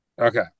Okay